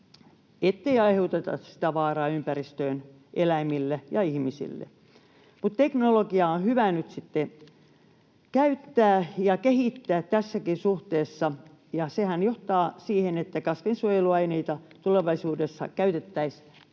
ettei aiheuteta vaaraa ympäristöön, eläimille ja ihmisille. Mutta teknologiaa on hyvä nyt sitten käyttää ja kehittää tässäkin suhteessa, ja sehän johtaa siihen, että kasvinsuojeluaineita tulevaisuudessa käytettäisiin